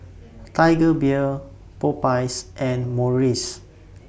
Tiger Beer Popeyes and Morries